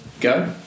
go